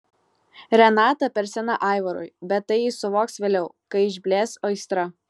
renata per sena aivarui bet tai jis suvoks vėliau kai išblės aistra